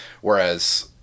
Whereas